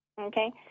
Okay